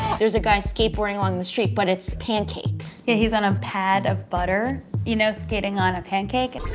there's a guy skateboarding along the street, but it's pancakes. yeah, he's on a pad of butter, you know skating on a pancake.